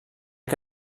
que